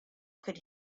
could